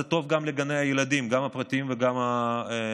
זה טוב גם לגני הילדים הפרטיים וגם לממשלתיים.